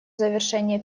завершения